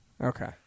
Okay